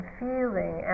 feeling